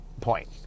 point